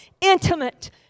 intimate